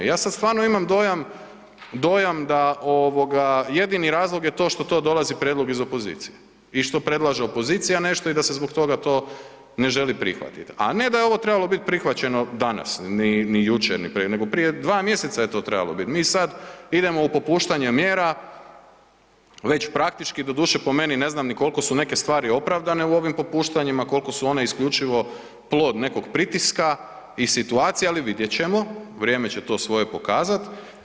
Ja sad stvarno imam dojam, dojam da ovoga jedini razlog je to što to dolazi prijedlog iz opozicije i što predlaže opozicija nešto i da se zbog toga to ne želi prihvatit, a ne da je ovo trebalo bit prihvaćeno danas, ni, ni jučer, ni prekjučer, nego prije dva mjeseca je to trebalo bit, mi sad idemo u popuštanje mjera već praktički doduše po meni ne znam ni kolko su neke stvari opravdane u ovim popuštanjima, kolko su one isključivo plod nekog pritiska i situacije, ali vidjet ćemo, vrijeme će to svoje pokazat.